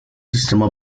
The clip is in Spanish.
sistema